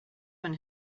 when